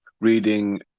reading